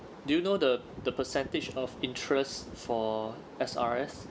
do you know the the percentage of interest for S_R_S